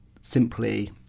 simply